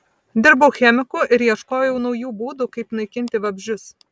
dirbau chemiku ir ieškojau naujų būdų kaip naikinti vabzdžius